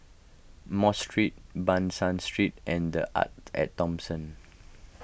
Mosque Street Ban San Street and the Arte at Thomson